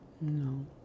No